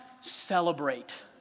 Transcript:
celebrate